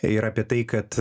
ir apie tai kad